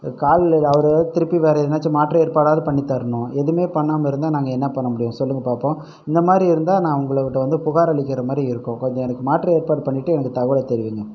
கால் அவர் திருப்பி வேறே எதுனாச்சும் மாற்று ஏற்பாடாவது பண்ணி தரணும் எதுவுமே பண்ணாமல் இருந்தால் நாங்கள் என்ன பண்ணமுடியும் சொல்லுங்கள் பார்ப்போம் இந்த மாதிரி இருந்தால் நான் உங்கள்கிட்ட வந்து புகார் அளிக்கிற மாதிரி இருக்கும் கொஞ்சம் எனக்கு மாற்று ஏற்பாடு பண்ணிட்டு எனக்கு தகவலை தெரிவியுங்க